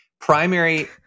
primary